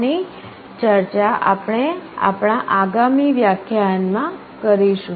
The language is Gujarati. આની ચર્ચા આપણે આપણા આગામી વ્યાખ્યાનમાં કરીશું